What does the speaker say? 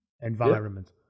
environment